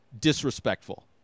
disrespectful